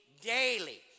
daily